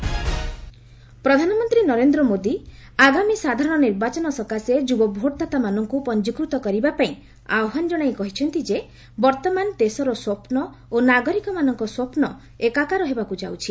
ମନ୍ କି ବାତ୍ ପ୍ରଧାନମନ୍ତ୍ରୀ ନରେନ୍ଦ୍ର ମୋଦି ଆଗାମୀ ସାଧାରଣ ନିର୍ବାଚନ ସକାଶେ ଯୁବ ଭୋଟ୍ଦାତାମାନଙ୍କୁ ପଞ୍ଜିକୃତ କରିବା ପାଇଁ ଆହ୍ୱାନ ଜଣାଇ କହିଛନ୍ତି ଯେ ବର୍ତ୍ତମାନ ଦେଶର ସ୍ୱପ୍ନ ଓ ନାଗରିକମାନଙ୍କ ସ୍ୱପ୍ନ ଏକାକାର ହେବାକୁ ଯାଉଛି